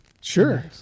Sure